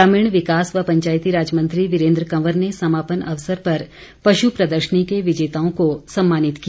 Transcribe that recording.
ग्रामीण विकास व पंचायतीराज मंत्री वीरेन्द्र कंवर ने समापन अवसर पर पशु प्रदर्शनी के विजेताओं को सम्मानित किया